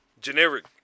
Generic